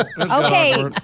Okay